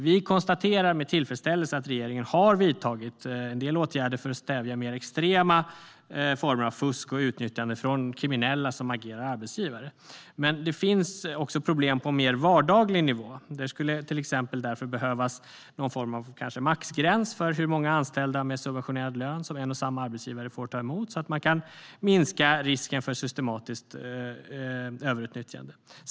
Vi konstaterar med tillfredsställelse att regeringen har vidtagit en del åtgärder för att stävja mer extrema former av fusk och utnyttjande från kriminella som agerar arbetsgivare. Men det finns också problem på mer vardaglig nivå. Därför skulle det till exempel behövas någon form av maxgräns för hur många anställda med subventionerad lön som en och samma arbetsgivare får ta emot, så att man kan minska risken för systematiskt överutnyttjande.